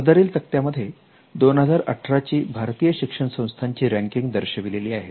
सदरील तक्त्यामध्ये 2018 ची भारतीय शिक्षण संस्थांची रँकिंग दर्शविलेली आहे